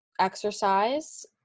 exercise